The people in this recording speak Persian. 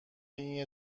این